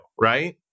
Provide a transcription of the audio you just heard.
right